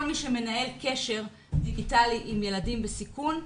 מי שמנהל קשר דיגיטלי עם ילדים בסיכון.